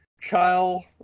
Kyle